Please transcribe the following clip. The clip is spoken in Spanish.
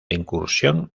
incursión